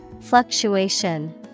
Fluctuation